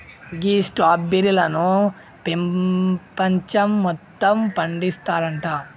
గీ స్ట్రాబెర్రీలను పెపంచం మొత్తం పండిస్తారంట